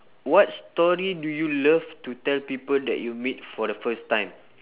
what story do you love to tell people that you meet for the first time